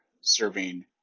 serving